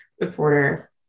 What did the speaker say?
reporter